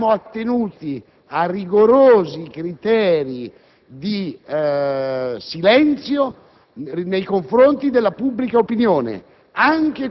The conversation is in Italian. ci siamo attenuti a rigorosi criteri di silenzio nei confronti della pubblica opinione,